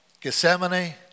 Gethsemane